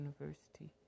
University